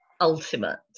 ultimate